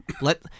Let